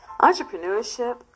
Entrepreneurship